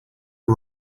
all